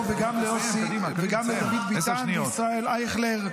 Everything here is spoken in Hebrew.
טוב, וגם לדוד ביטן וישראל אייכלר.